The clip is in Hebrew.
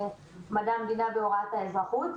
מדעי המדינה והוראת אזרחות.